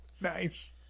Nice